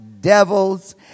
devils